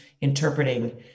interpreting